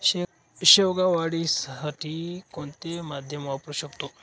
शेवगा वाढीसाठी कोणते माध्यम वापरु शकतो?